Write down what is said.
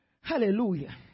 Hallelujah